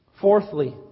Fourthly